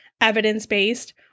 evidence-based